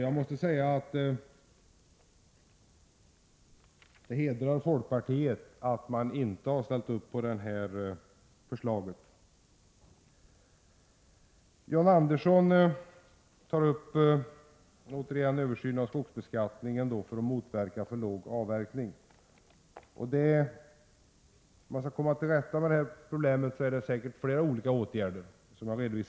Jag måste säga att det hedrar folkpartiet att man inte har ställt upp på det här förslaget. John Andersson tog återigen upp frågan om en översyn av skogsbeskatt ningen för att motverka för låg avverkning. Om man skall komma till rätta med det problemet krävs det, som jag har redovisat tidigare, säkert flera olika åtgärder.